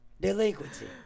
Delinquency